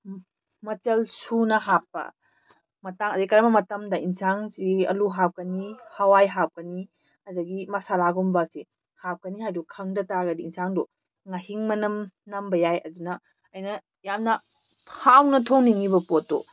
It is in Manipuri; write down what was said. ꯃꯆꯜ ꯁꯨꯅ ꯍꯥꯞꯄ ꯃꯇꯥꯡ ꯍꯥꯏꯗꯤ ꯀꯔꯝꯕ ꯃꯇꯝꯗ ꯏꯟꯖꯥꯡꯁꯤ ꯑꯂꯨ ꯍꯥꯞꯀꯅꯤ ꯍꯋꯥꯏ ꯍꯥꯞꯀꯅꯤ ꯑꯗꯒꯤ ꯃꯁꯥꯂꯥꯒꯨꯝꯕꯁꯤ ꯍꯥꯞꯀꯅꯤ ꯍꯥꯏꯕꯗꯨ ꯈꯪꯗ ꯇꯥꯔꯗꯤ ꯏꯟꯁꯥꯡꯗꯨ ꯉꯥꯍꯤꯡ ꯃꯅꯝ ꯅꯝꯕ ꯌꯥꯏ ꯑꯗꯨꯅ ꯑꯩꯅ ꯌꯥꯝꯅ ꯍꯥꯎꯅ ꯊꯣꯡꯅꯤꯡꯉꯤꯕ ꯄꯣꯠꯇꯨ